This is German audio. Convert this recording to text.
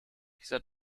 dieser